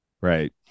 right